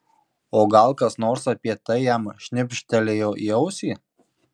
o gal kas nors apie tai jam šnibžtelėjo į ausį